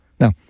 Now